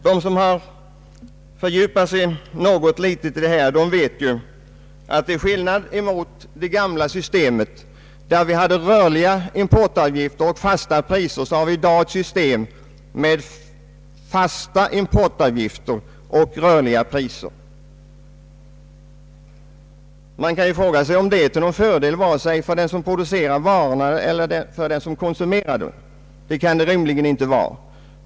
Den som har fördjupat sig något i detta ärende vet att vi till skillnad mot det gamla systemet med rörliga importavgifter och fasta priser nu har ett system med fasta importavgifter och rörliga priser. Man kan fråga sig om det är till någon fördel för vare sig dem som producerar varorna eller för dem som konsumerar dem. Det kan det rimligen inte vara.